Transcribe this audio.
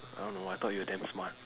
I don't know I thought you're damn smart